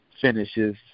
finishes